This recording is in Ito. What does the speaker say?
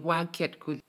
ubọk ke itie mfen.